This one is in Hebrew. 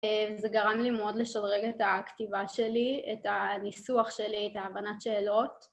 וזה גרם לי מאוד לשדרג את הכתיבה שלי, את הניסוח שלי, את ההבנת שאלות.